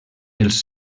els